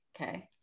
Okay